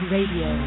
Radio